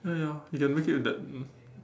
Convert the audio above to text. uh ya you can make it with that mm